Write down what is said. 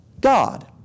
God